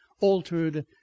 altered